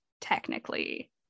technically